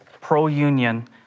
pro-union